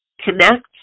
connect